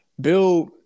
Bill